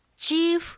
Chief